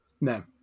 no